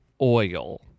oil